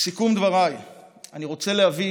לסיכום דבריי אני רוצה להביא